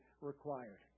required